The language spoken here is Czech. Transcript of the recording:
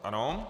Ano.